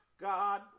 God